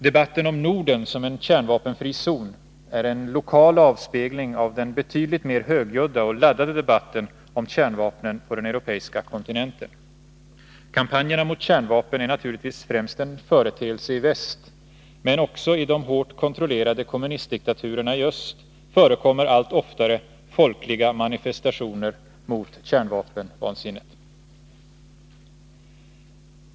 Debatten om Norden som en kärnvapenfri zon är en lokal avspegling av den betydligt mer högljudda och laddade debatten om kärnvapen på den europeiska kontinenten. Kampanjerna mot kärnvapnen är naturligtvis främst en företeelse i väst, men också i de hårt kontrollerade kommunistdiktaturerna i öst förekommer allt oftare folkliga manifestationer mot kärnvapenvansinnet.